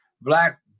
black